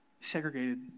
segregated